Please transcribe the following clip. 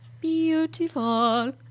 beautiful